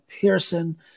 Pearson